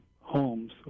homes